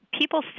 people